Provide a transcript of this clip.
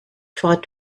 tried